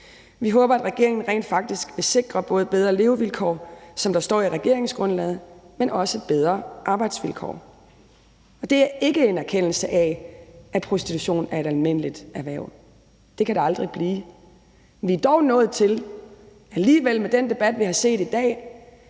Vi håber, at regeringen rent faktisk vil sikre både bedre levevilkår, som der står i regeringsgrundlaget, men også bedre arbejdsvilkår. Det er ikke en erkendelse af, at prostitution er et almindeligt erhverv. Det kan det aldrig blive. Vi er alligevel dog nået til med den debat, vi har set i dag,